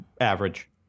average